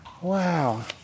Wow